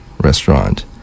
restaurant